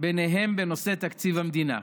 ביניהם בנושא תקציב המדינה.